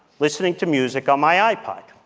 listening to music on my ipod.